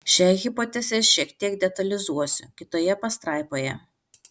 šią hipotezę šiek tiek detalizuosiu kitoje pastraipoje